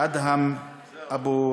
אדהם אבו